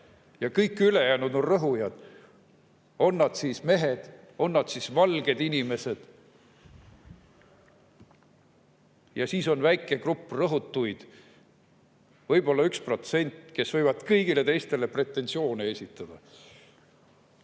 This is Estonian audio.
kõik ülejäänud on rõhujad – on nad siis mehed, on nad siis valged inimesed. Ja siis on väike grupp rõhutuid, võib-olla 1%, kes võivad kõigile teistele pretensioone esitada. Ma